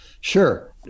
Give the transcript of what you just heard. Sure